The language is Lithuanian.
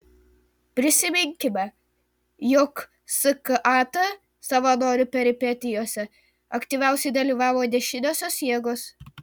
prisiminkime jog skat savanorių peripetijose aktyviausiai dalyvavo dešiniosios jėgos